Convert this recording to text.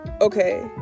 okay